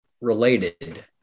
related